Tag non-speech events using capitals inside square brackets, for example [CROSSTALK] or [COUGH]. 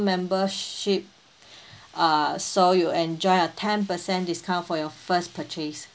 membership [BREATH] err so you enjoy a ten percent discount for your first purchase